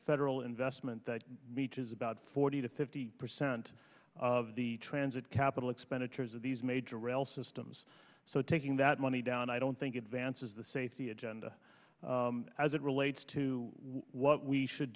federal investment that meets is about forty to fifty percent of the transit capital expenditures of these major rail systems so taking that money down i don't think it vance's the safety agenda as it relates to what we should